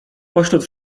pośród